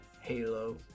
Halo